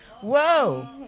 Whoa